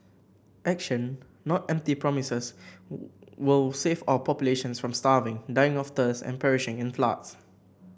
action not empty promises will save our populations from starving dying of thirst and perishing in floods